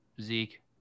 Zeke